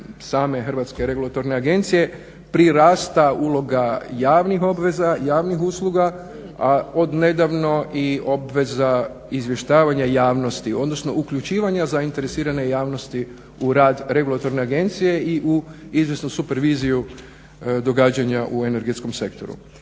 EU tako i same HERA-e prirasta uloga javnih obveza, javnih usluga, a odnedavno obveza izvještavanja javnosti odnosno uključivanja zainteresirane javnosti u rad regulatorne agencije i u izvjesnu superviziju događanja u energetskom sektoru.